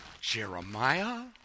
Jeremiah